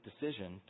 decision